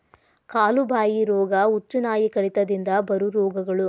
ಕಾಲು ಬಾಯಿ ರೋಗಾ, ಹುಚ್ಚುನಾಯಿ ಕಡಿತದಿಂದ ಬರು ರೋಗಗಳು